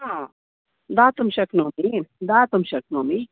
आम् दातुं शक्नोति दातुं शक्नोमि